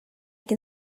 can